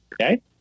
okay